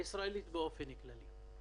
הישראלית באופן כללי.